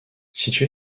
situé